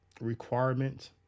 Requirement